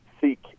seek